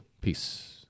peace